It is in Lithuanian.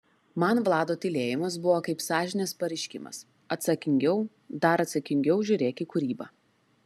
man vlado tylėjimas buvo kaip sąžinės pareiškimas atsakingiau dar atsakingiau žiūrėk į kūrybą